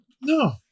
No